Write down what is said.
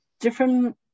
Different